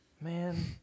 Man